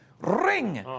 ring